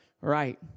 right